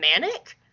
manic